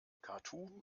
khartum